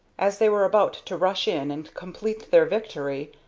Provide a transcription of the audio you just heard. as they were about to rush in and complete their victory,